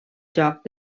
joc